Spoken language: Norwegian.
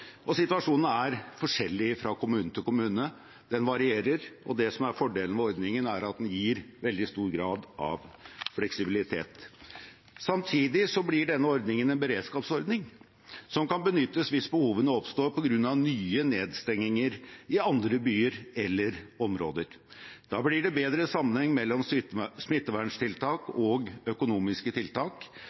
Situasjonen er forskjellig fra kommune til kommune. Den varierer, og det som er fordelen med ordningen, er at den gir veldig stor grad av fleksibilitet. Samtidig blir denne ordningen en beredskapsordning som kan benyttes hvis behovene oppstår på grunn av nye nedstenginger i andre byer eller områder. Da blir det bedre sammenheng mellom smitteverntiltak og økonomiske tiltak,